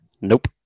Nope